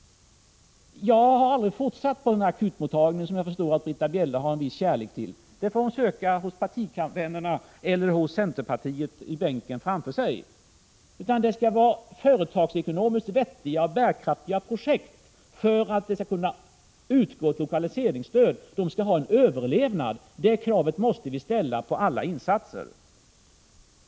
Jag har aldrig fortsatt med den där akutmottagningen, som jag förstår att Britta Bjelle har en viss förkärlek för. Den får hon söka hos partivännerna eller hos centern i bänken framför sig. Det skall vara företagsekonomiskt vettiga och bärkraftiga projekt för att lokaliseringsstöd skall kunna utgå. Företaget skall ha utsikter till överlevnad — det kravet måste vi ställa på alla insatser.